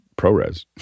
ProRes